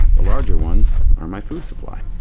the larger ones are my food supply.